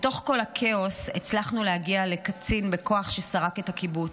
בתוך כל הכאוס הצלחנו להגיע לקצין בכוח שסרק את הקיבוץ,